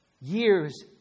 years